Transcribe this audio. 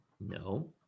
No